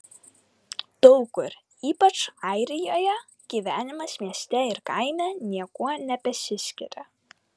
daug kur ypač airijoje gyvenimas mieste ir kaime niekuo nebesiskiria